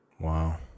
Wow